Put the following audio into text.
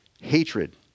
hatred